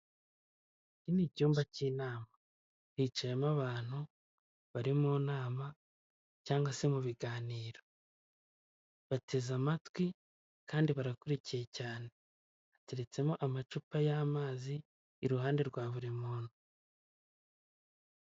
Iki ni icyumba cy'inama. Hicayemo abantu bari mu nama cyangwa se mu biganiro. Bateze amatwi kandi barakurikiye cyane. Hateretsemo amacupa y'amazi, iruhande rwa buri muntu.